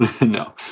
no